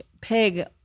pig